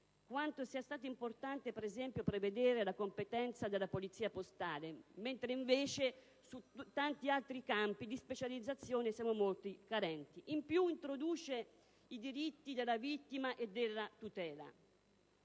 quanto sia stato importante prevedere la competenza della polizia postale, mentre in tanti altri campi di specializzazione ci sono molte carenze) e introduce i diritti della vittima e della tutela;